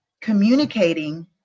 communicating